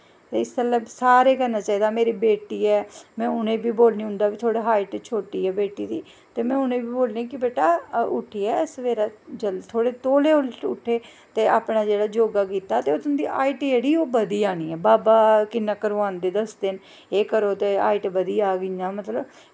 ते इस गल्ला सारें करना चाहिदा मेरी बेटी ऐ में उ'नें गी बोलनी उं'दी बी हाईट छोटी ऐ बेटी दी ते में उ'नें गी बी बोलनी कि बेटा उट्ठियै सवेरै थोह्ड़े तौले उट्ठे अपनै योगा कित्ता ते तुं'दी हाईट जेह्ड़ी बधी जानी ऐ बाबा किन्ना करवांदे दसदे न एह् करो ते हाईट बदी जाह्ग इ'यां मतलब